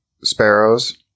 sparrows